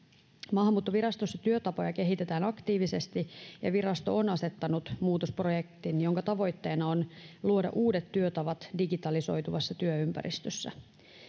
maahanmuuttovirastossa työtapoja kehitetään aktiivisesti ja virasto on asettanut muutosprojektin jonka tavoitteena on luoda uudet työtavat digitalisoituvassa työympäristössä